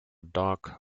dock